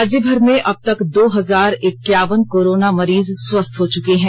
राज्यभर में अबतक दो हजार इक्कावन कोरोना मरीज स्वस्थ हो चुके हैं